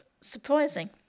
surprising